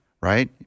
right